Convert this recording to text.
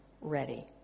ready